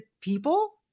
people